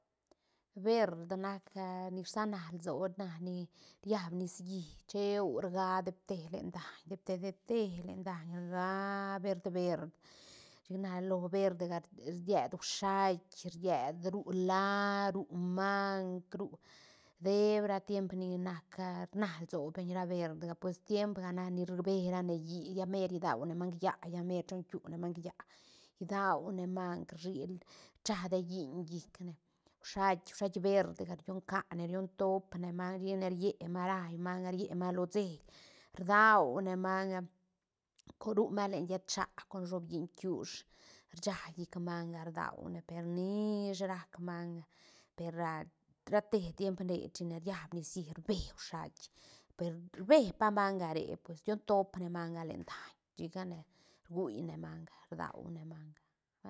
Verd nac ni rsana lsoa na ni riab nicií cheu rga depte len daiñ depte depte len daiñ rgaa verd verd chic na lo verdga ried shuait ried ru lä ru mang ru debra tiempo ni nac rna lsobeñ ra verdga pues tiemca nac ni rbe rane hí lla mer rdiaune mang yä lla mer chon kiune mang yä diaune mang rshi- rcha dee lliñ llicne shuait- shuait verdga rion cane rion topne manga chicane rié manga raí manga rie manga lo ceil rdaune manga co ru manga len llët chä con shobilliñ bkiush rsha llic manga rdaune per nish rac manga per ra- ra te tiemp re china riab nicií rbe shuait per rbe pa manga re pues rion topne manga len daiñ chicane rguine manga rdaune manga.